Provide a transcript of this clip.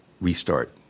restart